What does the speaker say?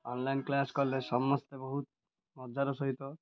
online class କଲେ ସମସ୍ତେ ବହୁତ ମଜାର ସହିତ